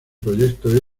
proyecto